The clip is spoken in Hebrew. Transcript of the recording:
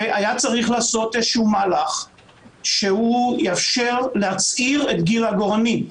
והיה צריך לעשות איזה שהוא מהלך שיאפשר להצעיר את גיל העגורנים.